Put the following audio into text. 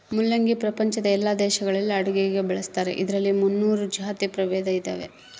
ಮುಲ್ಲಂಗಿ ಪ್ರಪಂಚದ ಎಲ್ಲಾ ದೇಶಗಳಲ್ಲಿ ಅಡುಗೆಗೆ ಬಳಸ್ತಾರ ಇದರಲ್ಲಿ ಮುನ್ನೂರು ಜಾತಿ ಪ್ರಭೇದ ಇದಾವ